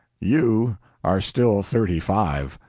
you are still thirty-five.